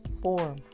form